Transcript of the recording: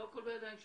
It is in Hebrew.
לא הכל בידיים שלנו.